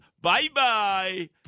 bye-bye